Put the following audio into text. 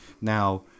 now